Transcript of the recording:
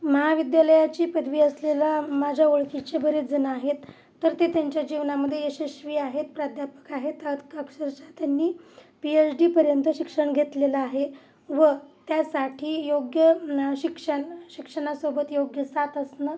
महाविद्यालयाची पदवी असलेला माझ्या ओळखीचे बरेचजण आहेत तर ते त्यांच्या जीवनामध्ये यशस्वी आहेत प्राध्यापक आहेत त्यात अक्षरशः त्यांनी पी एच डीपर्यंत शिक्षण घेतलेलं आहे व त्यासाठी योग्य न शिक्षण शिक्षणासोबत योग्य साथ असणं